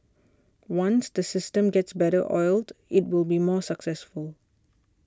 once the system gets better oiled it will be more successful